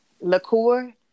liqueur